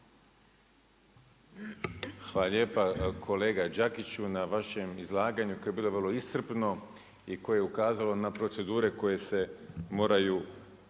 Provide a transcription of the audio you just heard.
Hvala lijepa kolega Đakiću, na vašem izlaganju koje je bilo vrlo iscrpno i koje je ukazalo na procedure koje se moraju